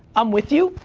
i'm with you,